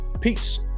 Peace